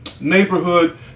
neighborhood